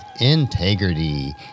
integrity